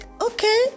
okay